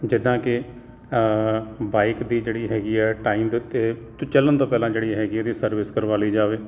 ਜਿੱਦਾਂ ਕਿ ਬਾਈਕ ਦੀ ਜਿਹੜੀ ਹੈਗੀ ਹੈ ਟਾਈਮ ਦੇ ਉੱਤੇ ਅਤੇ ਚੱਲਣ ਤੋਂ ਪਹਿਲਾਂ ਜਿਹੜੀ ਹੈਗੀ ਇਹਦੀ ਸਰਵਿਸ ਕਰਵਾ ਲਈ ਜਾਵੇ